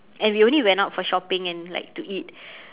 and we only went out for shopping and like to eat